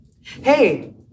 Hey